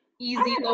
Easy